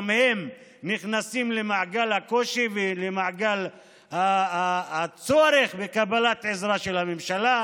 גם הם נכנסים למעגל הקושי ולמעגל הצורך בקבלת עזרה של הממשלה.